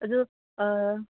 ꯑꯗꯨ ꯑꯥ